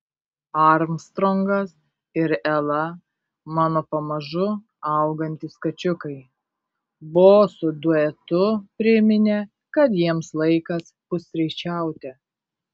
armstrongas ir ela mano pamažu augantys kačiukai bosų duetu priminė kad jiems laikas pusryčiauti